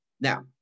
Now